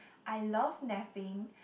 I love napping